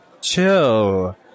Chill